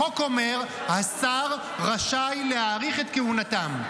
החוק אומר שהשר רשאי להאריך את כהונתם.